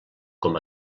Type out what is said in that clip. com